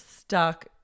stuck